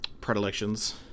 predilections